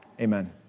amen